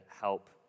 help